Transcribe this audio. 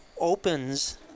opens